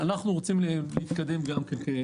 אנחנו רוצים להתקדם גם כן.